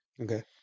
Okay